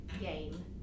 game